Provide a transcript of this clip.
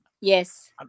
Yes